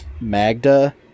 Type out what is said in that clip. magda